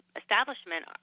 establishment